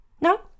No